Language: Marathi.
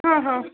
हा हा